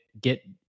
get